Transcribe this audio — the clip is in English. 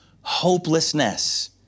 hopelessness